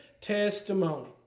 testimony